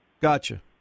Gotcha